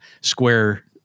square